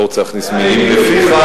אני לא רוצה להכניס מלים לפיך,